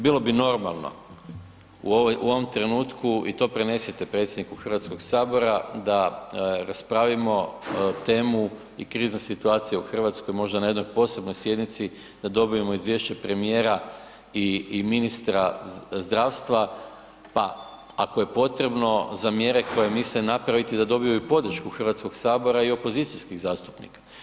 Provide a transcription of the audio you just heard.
Bilo bi normalno u ovom trenutku i to prenesite predsjedniku Hrvatskog sabora da raspravimo temu i krizne situacije u Hrvatskoj možda na jednoj posebnoj sjednici, da dobijemo izvješće premijera i ministra zdravstva, pa ako je potrebno za mjere koje misle napraviti da dobiju i podršku Hrvatskog sabora i opozicijskih zastupnika.